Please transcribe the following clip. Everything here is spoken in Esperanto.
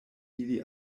ili